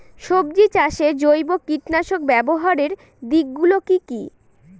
সবজি চাষে জৈব কীটনাশক ব্যাবহারের দিক গুলি কি কী?